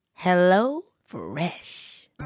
HelloFresh